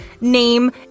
name